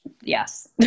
yes